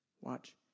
watch